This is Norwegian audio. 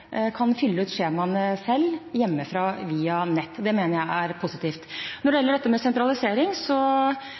fylle ut skjemaene selv hjemmefra via nett. Det mener jeg er positivt. Når det gjelder